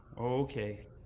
okay